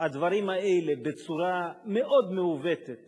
הדברים האלה מגיעים בצורה מאוד מעוותת